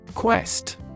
Quest